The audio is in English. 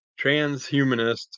transhumanist